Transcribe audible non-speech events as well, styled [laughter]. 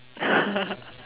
[laughs]